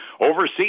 Overseas